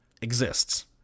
exists